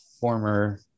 former